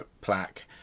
plaque